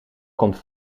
komt